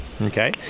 okay